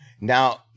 Now